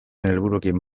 helburuekin